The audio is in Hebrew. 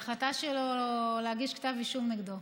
על ההחלטה שלו להגיש כתב אישום נגדו.